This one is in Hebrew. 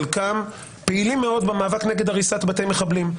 חלקם פעילים מאוד במאבק נגד הריסת בתי מחבלים,